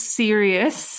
serious